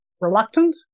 reluctant